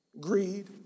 greed